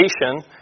creation